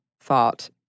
thought